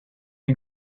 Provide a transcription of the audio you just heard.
you